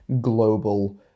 global